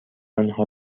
آنها